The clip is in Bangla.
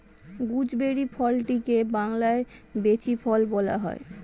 গুজবেরি ফলটিকে বাংলায় বৈঁচি ফল বলা হয়